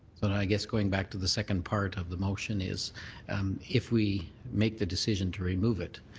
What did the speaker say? but i guess going back to the second part of the motion is if we make the decision to remove it,